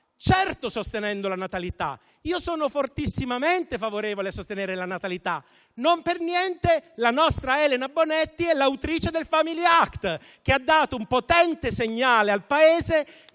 Certamente sostenendo la natalità; sono fortissimamente favorevole a sostenere la natalità; non per niente, la nostra Elena Bonetti è l'autrice del Family act, che ha dato un potente segnale al Paese